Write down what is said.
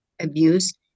abuse